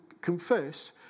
confess